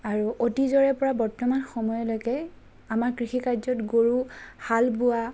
আৰু অতীজৰে পৰা বৰ্তমান সময়লৈকে আমাৰ কৃষিকাৰ্যত গৰু হাল বোৱা